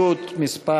הסתייגות מס'